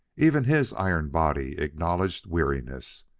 even his iron body acknowledged weariness.